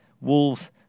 Wolves